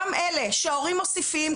גם לאלה שההורים מוסיפים,